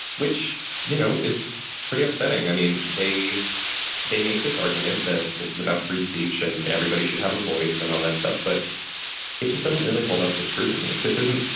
which, you know, is pretty upsetting. i mean, they they make this argument that this is about free speech and everybody should have a voice and all that stuff, but it just doesn't really hold up to scrutiny. this isn't,